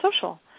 social